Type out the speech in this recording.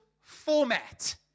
format